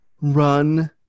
run